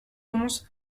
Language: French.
onze